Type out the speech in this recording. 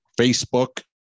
facebook